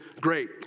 Great